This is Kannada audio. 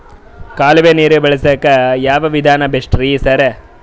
ಕಾಲುವೆ ನೀರು ಬಳಸಕ್ಕ್ ಯಾವ್ ವಿಧಾನ ಬೆಸ್ಟ್ ರಿ ಸರ್?